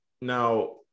Now